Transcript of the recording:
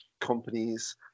companies